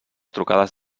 trucades